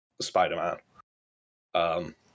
Spider-Man